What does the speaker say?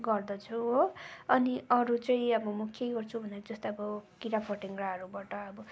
गर्दछु हो अनि अरू चाहिँ अब म के गर्छु भन्दाखेरि जस्तै अब किराफट्याङ्ग्राहरूबाट अब